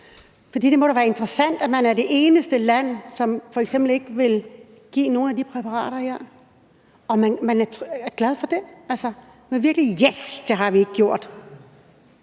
for det må da være interessant, at man er det eneste land, som f.eks. ikke vil give nogle af de præparater her, og at man er glad for det og tænker: Yes, det har vi ikke gjort.